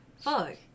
Fuck